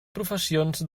professions